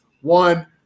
One